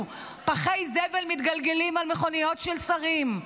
פחי זבל מתגלגלים על מכוניות של שרים,